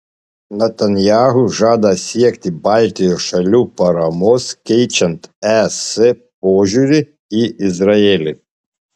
netanyahu žada siekti baltijos šalių paramos keičiant es požiūrį į izraelį